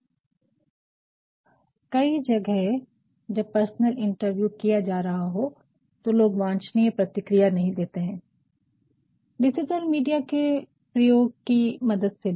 और कई जगह लोग जब पर्सनल इंटरव्यू किया जा रहा हो तो लोग वांछिनिये प्रतिक्रिया नहीं देते है डिजिटल मीडिया के प्रयोग कि मदद से भी